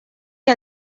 que